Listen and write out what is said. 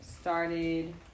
started